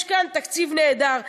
יש כאן תקציב נהדר.